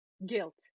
guilt